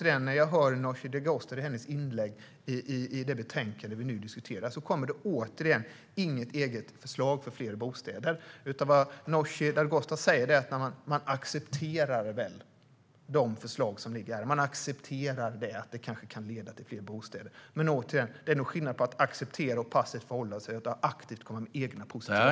I Nooshi Dadgostars inlägg om det betänkande vi diskuterar hör jag inga förslag från Vänsterpartiet för fler bostäder, utan det Nooshi Dadgostar säger är att Vänsterpartiet accepterar de föreliggande förslagen och att de kanske kan leda till fler bostäder. Det är dock skillnad på att acceptera och passivt förhålla sig och att aktivt komma med egna positiva förslag.